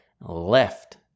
left